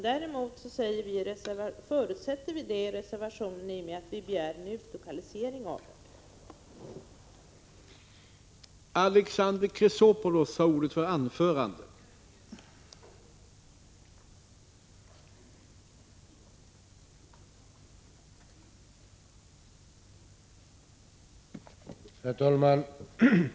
Däremot förutsätter vi det i reservationen, i och med att vi begär en utlokalisering av rikskanaler.